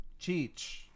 Cheech